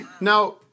Now